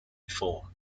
before